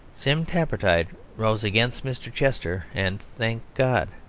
sim tappertit rose against mr. chester and, thank god!